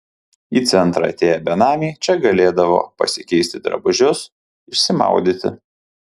į centrą atėję benamiai čia galėdavo pasikeisti drabužius išsimaudyti